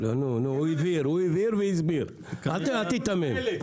הוא העביר והסביר, אל תיתמם.